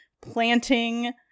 planting